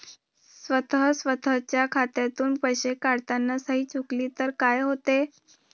स्वतः स्वतःच्या खात्यातून पैसे काढताना सही चुकली तर काय होते?